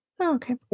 Okay